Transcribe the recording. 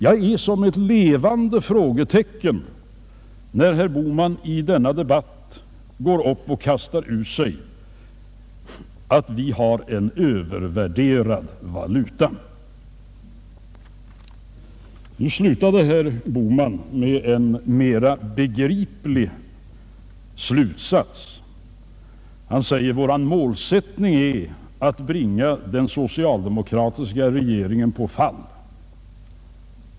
Jag står som ett levande frågetecken när herr Bohman i denna debatt kastar ut påståendet att vi har en övervärderad valuta. Herr Bohman slutade dock med en mera begriplig konklusion. Han sade att hans partis målsättning är att bringa den socialdemokratiska regeringen på fall.